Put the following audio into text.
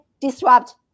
disrupt